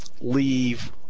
leave